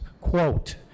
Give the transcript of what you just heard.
quote